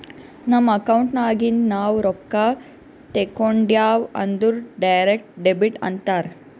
ನಮ್ ಅಕೌಂಟ್ ನಾಗಿಂದ್ ನಾವು ರೊಕ್ಕಾ ತೇಕೊಂಡ್ಯಾವ್ ಅಂದುರ್ ಡೈರೆಕ್ಟ್ ಡೆಬಿಟ್ ಅಂತಾರ್